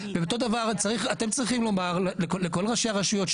אתם צריכים לומר לכל ראשי הרשויות,